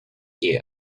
you